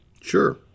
Sure